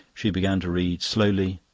she began to read, slowly,